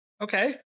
Okay